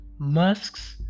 Musks